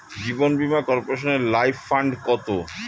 জীবন বীমা কর্পোরেশনের life fund কত?